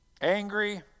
angry